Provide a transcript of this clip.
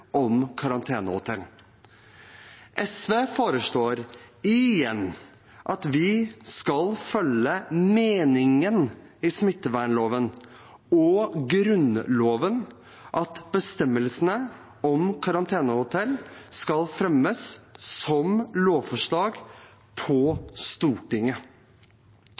om karantenehotell. SV foreslår – igjen – at vi skal følge smittevernloven slik den er ment, og Grunnloven, og at bestemmelsene om karantenehotell skal fremmes som lovforslag på Stortinget.